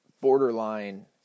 borderline